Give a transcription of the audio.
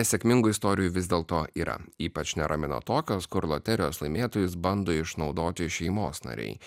nesėkmingų istorijų vis dėlto yra ypač neramino tokios kur loterijos laimėtojus bando išnaudoti šeimos nariai